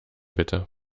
bitte